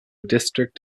district